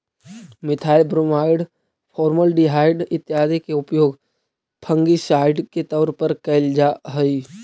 methyl bromide, formaldehyde इत्यादि के उपयोग फंगिसाइड के तौर पर कैल जा हई